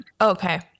Okay